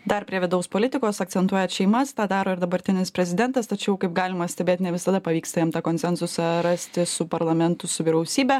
dar prie vidaus politikos akcentuojat šeimas tą daro ir dabartinis prezidentas tačiau kaip galima stebėt ne visada pavyksta jam tą konsensusą rasti su parlamentu su vyriausybe